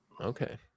Okay